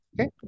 Okay